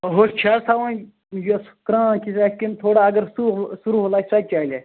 ہوٚچھ چھا حظ تھاوٕنۍ یَس کرٲنٛک ہِش آسہِ کِنہٕ تھوڑا اگر سٕرٛہُل آسہِ سۄتہِ چَلہِ